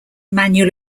manual